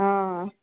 हा